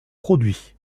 produits